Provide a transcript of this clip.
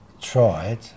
tried